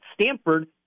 Stanford